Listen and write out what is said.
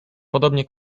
podobnie